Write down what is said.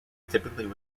typically